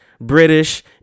british